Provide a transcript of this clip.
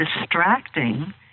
distracting